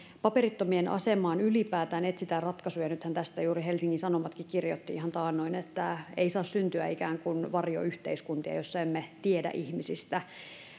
paperittomien asemaan ylipäätään etsitään ratkaisuja tästä helsingin sanomatkin kirjoitti ihan taannoin että ei saa syntyä ikään kuin varjoyhteiskuntia joissa emme tiedä ihmisistä